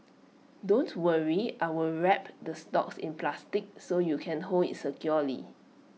don't worry I will wrap the stalks in plastic so you can hold IT securely